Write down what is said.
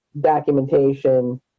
documentation